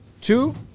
Two